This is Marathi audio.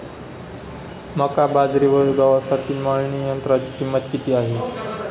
मका, बाजरी व गव्हासाठी मळणी यंत्राची किंमत किती आहे?